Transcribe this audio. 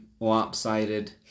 lopsided